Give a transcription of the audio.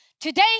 Today